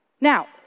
Now